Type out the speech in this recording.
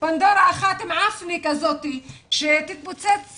פנדורה אחת מעפנה כזאתי, שתתפוצץ